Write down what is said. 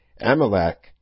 Amalek